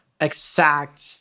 exact